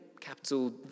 capital